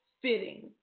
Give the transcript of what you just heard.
Fitting